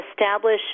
establish